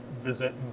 visit